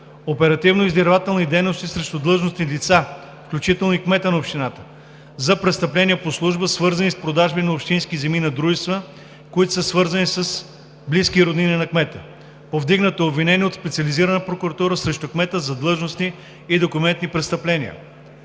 оперативно-издирвателни дейности срещу длъжностни лица, включително и кмета на общината, за престъпления по служба, свързани с продажба на общински земи на дружества, които са свързани с роднини на кмета. Повдигнато е обвинение от Специализираната прокуратура срещу кмета за длъжностни и документни престъпления;